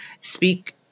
speak